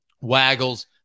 Waggles